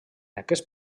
aquest